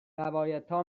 روایتها